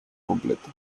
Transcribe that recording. completo